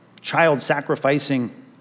child-sacrificing